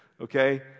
Okay